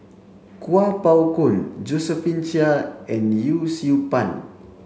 Kuo Pao Kun Josephine Chia and Yee Siew Pun